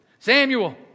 Samuel